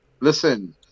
listen